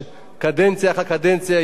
קדנציה אחר קדנציה,